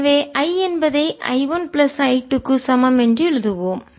எனவே I என்பதை I 1 plus I 2 க்கு சமம் என்று எழுதுவோம்